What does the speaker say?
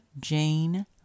Jane